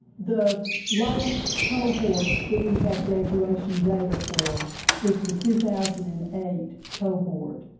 the last cohort that we have graduation data for is the two thousand and eight cohort.